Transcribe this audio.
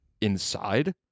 inside